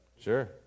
sure